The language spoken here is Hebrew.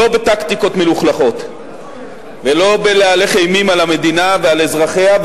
לא בטקטיקות מלוכלכות ולא בלהלך אימים על המדינה ועל אזרחיה,